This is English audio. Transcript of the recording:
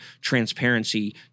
transparency